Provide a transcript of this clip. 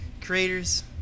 creators